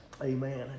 Amen